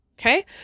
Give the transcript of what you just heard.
Okay